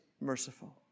merciful